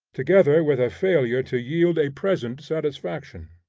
together with a failure to yield a present satisfaction.